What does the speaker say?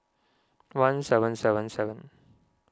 one seven seven seven